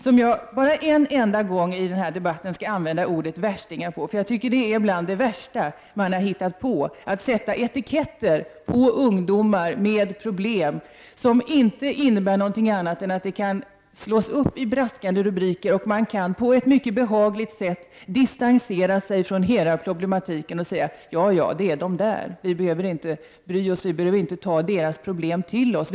Jag skall bara en enda gång i denna debatt använda ordet värstingar på dessa ungdomar, eftersom jag tycker att det är bland det värsta man har hittat på att sätta etiketter på ungdomar med problem, en etikett som inte innebär något annat än att denna etikett kan slås upp i braskande rubriker, och man kan på ett mycket behagligt sätt distansera sig från hela problematiken och säga att det är de där som vi inte behöver bry oss om eller vilkas problem vi inte behöver ta till oss.